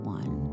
one